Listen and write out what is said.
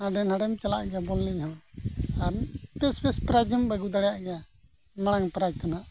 ᱦᱟᱸᱰᱮ ᱱᱟᱰᱮᱢ ᱪᱟᱞᱟᱜ ᱜᱮᱭᱟ ᱵᱚᱞ ᱮᱱᱮᱡ ᱦᱚᱸ ᱟᱨ ᱵᱮᱹᱥ ᱵᱮᱹᱥ ᱯᱨᱟᱭᱤᱡᱽ ᱮᱢ ᱟᱹᱜᱩ ᱫᱟᱲᱮᱭᱟᱜ ᱜᱮᱭᱟ ᱢᱟᱲᱟᱝ ᱯᱨᱟᱭᱤᱡᱽ ᱠᱷᱚᱱᱟᱜ